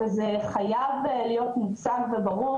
זה חייב להיות מוצג וברור,